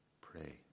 Pray